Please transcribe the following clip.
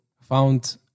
found